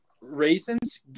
raisins